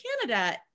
Canada